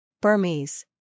Burmese